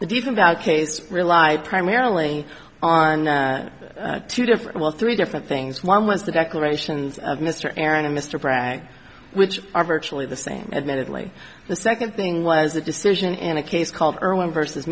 case rely primarily on two different well three different things one was the declarations of mr errington mr bragg which are virtually the same admittedly the second thing was a decision in a case called irwin v